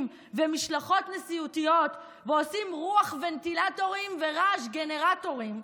ובמשלחות נשיאותיות ועושים רוח ונטילטורים ורעש גנרטורים,